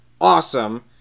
awesome